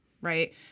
right